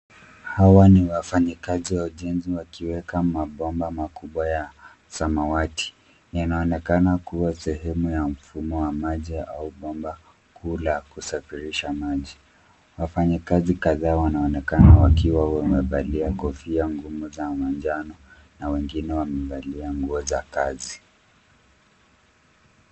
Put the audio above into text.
Hawa ni wafanyikazi wa ujenzi wakiweka mabomba makubwa ya samawati, na inaonekana kua sehemu ya mfumo wa maji au bomba kuu la kusafirisha maji. Wafanyikazi kadhaa wanaonekana wakiwa wamevalia kofia ngumu za manjano, na wengine wamevalia nguo za kazi.